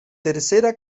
tercera